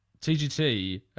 TGT